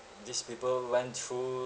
these people went through